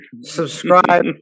subscribe